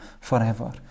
forever